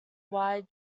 wide